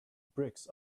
bricks